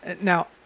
Now